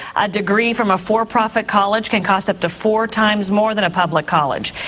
a degree from a for-profit college can cost up to four times more than a public college,